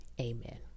amen